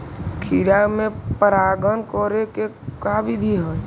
खिरा मे परागण करे के का बिधि है?